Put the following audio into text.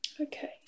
Okay